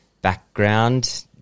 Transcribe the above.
background